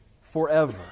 Forever